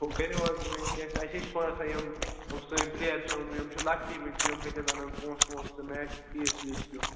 ہُو کٔرِو حظ وۅنۍ کینٛژھا اَسہِ ہے چھُ تھوڑا سا یِم سٲنۍ پُلیٖر چھِ یِم یِم چھِ لۅکٹی وُنہِ یِم کتہِ حظ اَنَن پونٛسہٕ وونٛسہٕ تہٕ میچُک فیٖس ویٖس دیُن